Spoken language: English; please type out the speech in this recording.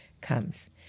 comes